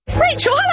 Rachel